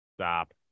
Stop